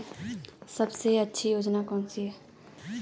सबसे अच्छी योजना कोनसी है?